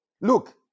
look